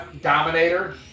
dominator